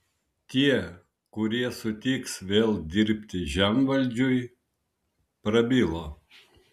tie kurie sutiks vėl dirbti žemvaldžiui prabilo